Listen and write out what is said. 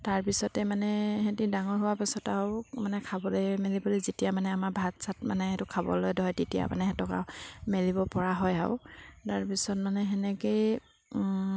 তাৰপিছতে মানে সিহঁতি ডাঙৰ হোৱাৰ পিছত আৰু মানে খাবলৈ মেলিবলৈ যেতিয়া মানে আমাৰ ভাত চাত মানে সেইটো খাবলৈ ধৰে তেতিয়া মানে সেহেঁতক আৰু মেলিবপৰা হয় আৰু তাৰপিছত মানে সেনেকৈয়ে